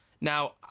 Now